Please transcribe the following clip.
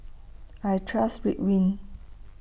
I Trust Ridwind